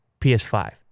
PS5